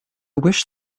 wish